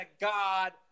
god